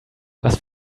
was